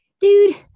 Dude